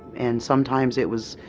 and sometimes it was,